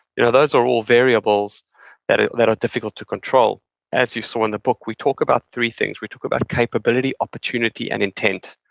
you know those are all variables that that are difficult to control as you saw in the book, we talk about three things. we talk about capability, opportunity, and intent.